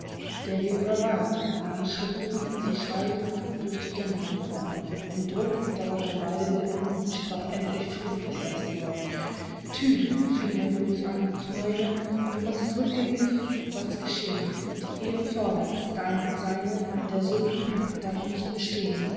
der weg war weit und lange schritten sie schweigend durch die dämmrung fort im druck darunter beide litten sprach endlich früd das erste wort tyn fing er ruhig an ich meine du machst rückgängig was geschehn die ehre fordert's dein und seine der sündenpakt darf nicht bestehn